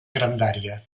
grandària